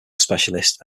specialist